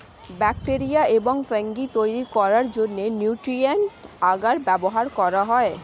bacteria এবং fungi তৈরি করার জন্য নিউট্রিয়েন্ট আগার ব্যবহার করা হয়